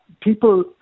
people